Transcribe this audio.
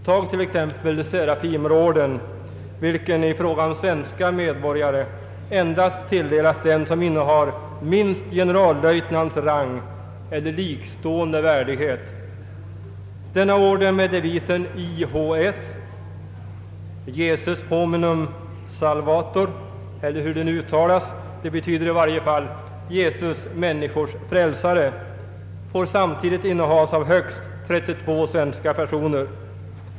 Tag till exempel Serafimerorden, vilken i fråga om svenska medborgare endast tilldelas den som innehar minst generallöjtnants rang eller likstående värdighet. Denna orden med devisen IHS, Jesus Hominum Salvator — det betyder Jesus, människornas frälsare — får samtidigt innehas av högst 32 svenska personer.